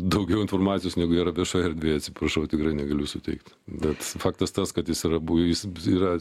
daugiau informacijos negu yra viešoj erdvėj atsiprašau tikrai negaliu suteikt bet faktas tas kad jis yra bu jis yra